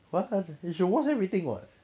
why you should watch everything [what]